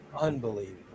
Unbelievable